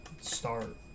start